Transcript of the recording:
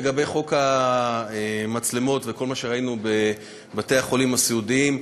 לגבי חוק המצלמות וכל מה שראינו בבתי-החולים הסיעודיים.